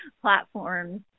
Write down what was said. platforms